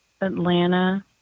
Atlanta